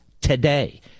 today